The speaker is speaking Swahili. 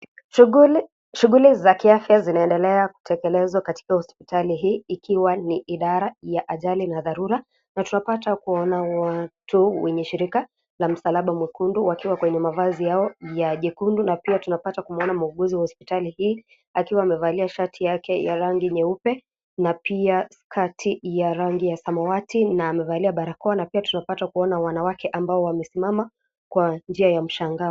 Shughuli za kiafya zinaendela kutekelezwa katika hospitali hii ikiwa ni idara ya ajali na dharura na tunapata kuona watu wenye shirika la msalaba mwekundu wakiwa kwa mavazi yao ya jekundu na pia tunapata kumwona mwuguzi wa hospitali hii akiwa amevalia shati yake ya rangi nyeupe na pia skati ya rangi ya samawati na amevalia barakoa na pia tunapata kuona wanawake ambao wamesimama kwa njia ya mshangao.